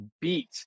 beat